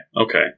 Okay